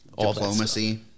Diplomacy